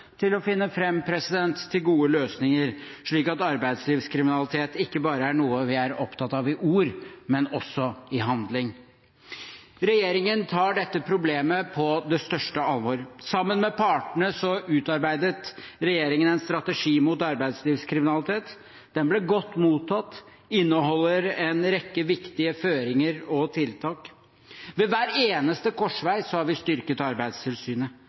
til å finne fram til gode løsninger, slik at arbeidslivskriminalitet ikke bare er noe vi er opptatt av i ord, men også i handling. Regjeringen tar dette problemet på det største alvor. Sammen med partene utarbeidet regjeringen en strategi mot arbeidslivskriminalitet. Den ble godt mottatt og inneholder en rekke viktige føringer og tiltak. Ved hver eneste korsvei har vi styrket Arbeidstilsynet.